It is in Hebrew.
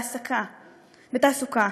בתעסוקה.